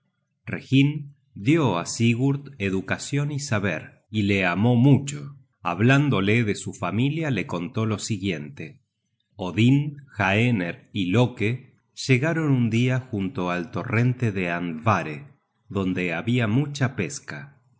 dió á sigurd educacion y saber y le amó mucho hablándole de su familia le contó lo siguiente content from google book search generated at odin haener y loke llegaron un dia junto al torrente de andvare donde habia mucha pesca